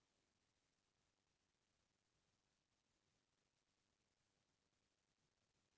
अभी के बेरा म घलौ खेत खार म कुंदरा मन देखाउ देथे